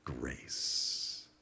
grace